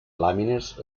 làmines